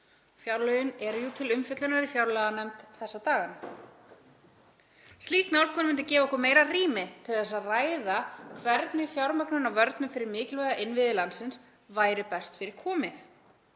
Fjárlögin eru jú til umfjöllunar í fjárlaganefnd þessa dagana. Slík nálgun myndi gefa okkur meira rými til að ræða hvernig fjármögnun á vörnum fyrir mikilvæga innviði landsins væri best fyrir komið.